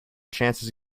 chances